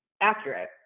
accurate